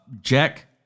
Jack